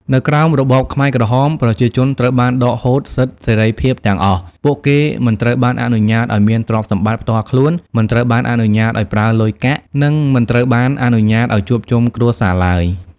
នៅក្រោមរបបខ្មែរក្រហម ប្រជាជនត្រូវបានដកហូតសិទ្ធិសេរីភាពទាំងអស់ ពួកគេមិនត្រូវបានអនុញ្ញាតឲ្យមានទ្រព្យសម្បត្តិផ្ទាល់ខ្លួន មិនត្រូវបានអនុញ្ញាតឲ្យប្រើលុយកាក់ និងមិនត្រូវបានអនុញ្ញាតឲ្យជួបជុំគ្រួសារឡើយ។